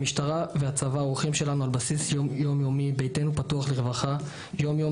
המשטרה והצבא הם אורחים שלנו על בסיס יומיומי וביתנו פתוח לרווחה יום-יום